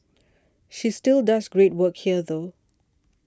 she still does great work here though